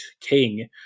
king